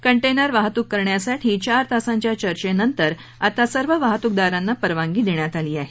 container वाहतूक करण्यासाठी चार तासांच्या चर्चेनंतर आता सर्व वाहतूकदारांना परवानगी देण्यात आली आहे